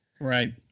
Right